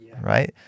right